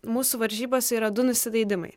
mūsų varžybose yra du nusileidimai